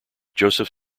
joseph